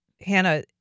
Hannah